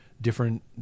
different